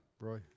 Roy